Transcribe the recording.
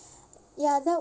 ya that